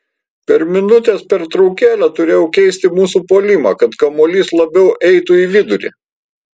per minutės pertraukėlę turėjau keisti mūsų puolimą kad kamuolys labiau eitų į vidurį